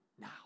now